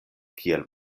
kiel